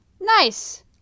Nice